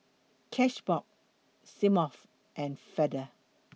Cashbox Smirnoff and Feather